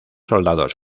soldados